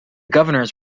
governors